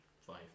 Five